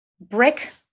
brick